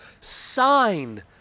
sign